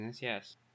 yes